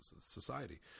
society